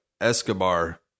Escobar